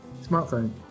smartphone